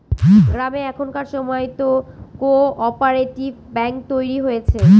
গ্রামে এখনকার সময়তো কো অপারেটিভ ব্যাঙ্ক তৈরী হয়েছে